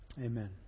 Amen